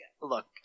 look